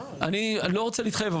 אני לא רוצה להתחייב,